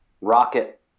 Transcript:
Rocket